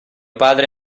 padre